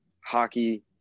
hockey